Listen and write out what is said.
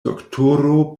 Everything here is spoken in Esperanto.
doktoro